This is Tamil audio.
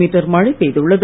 மீட்டர் மழை பெய்துள்ளது